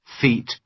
feet